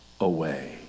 away